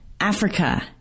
Africa